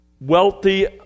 wealthy